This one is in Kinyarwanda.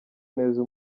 neza